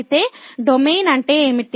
అయితే డొమైన్ అంటే ఏమిటి